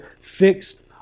fixed